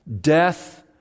Death